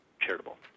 charitable